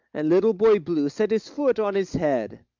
and little boy blue set his foot on his head.